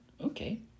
Okay